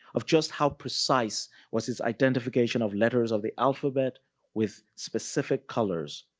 of just how precise was his identification of letters of the alphabet with specific colors.